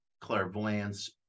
clairvoyance